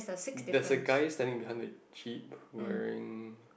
that's a guy standing behind the Chipe wearing